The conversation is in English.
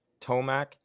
Tomac